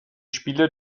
spiele